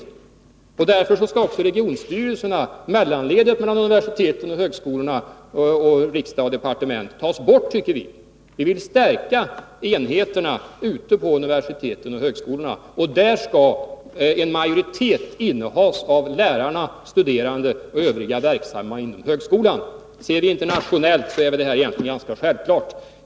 Därför skall också, enligt vår åsikt, regionstyrelserna — mellanledet mellan å ena sidan universiteten och högskolorna och å andra sidan riksdag och departement — tas bort. Vi vill stärka enheterna ute på universiteten och högskolorna. Där skall en majoritet innehas av lärare, studerande och övriga verksammma inom högskolan. Ser vi internationellt på detta är det egentligen ganska självklart.